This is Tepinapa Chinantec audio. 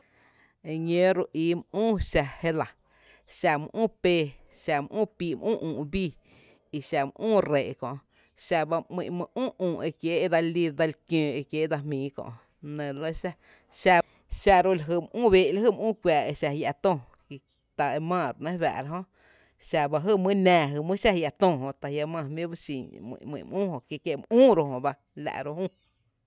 E ñǿǿ ru’ íí üü xa jé lⱥ: xa mý üü pee, xa mý üü píí mý üü üü’ bii i xa mý üü rree’ kö’, xa bá ‘my’n mý üü üü’ e dse lí dse li kiǿǿ e kiee’ dsa jmíí kö, la nɇ re lɇ xⱥ, xá ró’ la jy mý üü bee’ lajy mý üü kuⱥⱥ e xajia’ töö, ta e maa ro ‘nɇɇ fáá’ra jö, xa ba jy mý nⱥⱥ jy mý exa jia’ töö jö jia’ maa jmí’ ba xin mý üü jö, kí kié’ mý üü ro’ jö ba, la’ ro jüú.